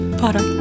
para